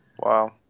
Wow